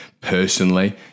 personally